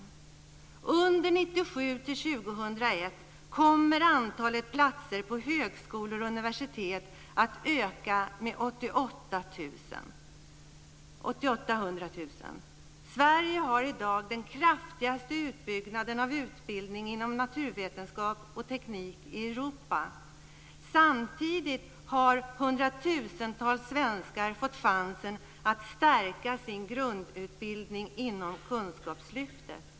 Under åren 1997-2001 kommer antalet platser på högskolor och universitet att öka med 88 000. Sverige har i dag den kraftigaste utbyggnaden av utbildningen inom naturvetenskap och teknik i Europa. Samtidigt har hundratusentals svenskar fått chansen att stärka sin grundutbildning inom Kunskapslyftet.